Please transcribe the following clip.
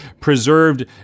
preserved